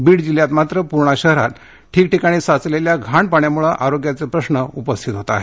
बीड जिल्ह्यातील पूर्णा शहरात ठिकठिकाणी साचलेल्या घाण पाण्यामुळे आरोग्याचे प्रश्न उपस्थित होत आहेत